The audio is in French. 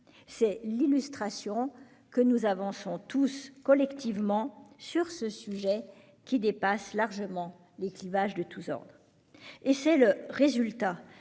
C'est l'illustration que nous avançons collectivement sur ce sujet qui dépasse largement les clivages partisans. C'est aussi le résultat